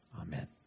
Amen